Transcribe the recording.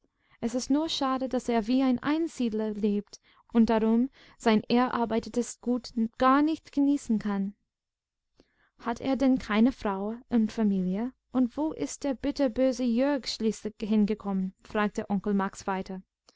es ist nur schade daß er wie ein einsiedler lebt und darum sein erarbeitetes gut gar nicht genießen kann hat er denn keine frau und familie und wo ist der bitterböse jörg schließlich hingekommen fragte onkel max weiter